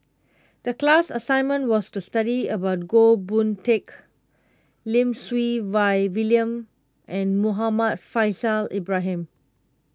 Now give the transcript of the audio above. the class assignment was to study about Goh Boon Teck Lim Siew Wai William and Muhammad Faishal Ibrahim